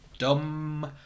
Dumb